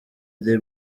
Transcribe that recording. the